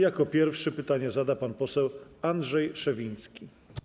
Jako pierwszy pytanie zada pan poseł Andrzej Szewiński.